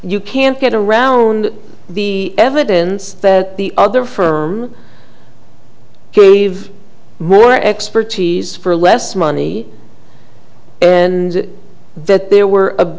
you can't get around the evidence that the other firm believe more expertise for less money and that there were